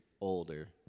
older